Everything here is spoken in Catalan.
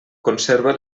conserva